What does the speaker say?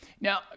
Now